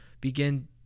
begin